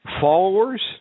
followers